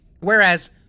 Whereas